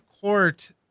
Court